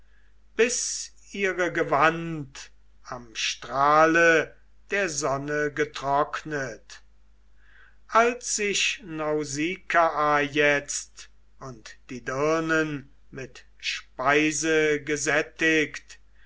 bis ihre gewand am strahle der sonne getrocknet als sich nausikaa jetzt und die dirnen mit speise gesättigt